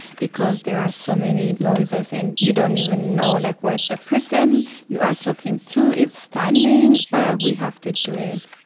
because there are so many noises, and you don't even know like where the person you are talking to is standing. but we have to do it.